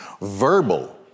verbal